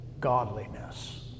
godliness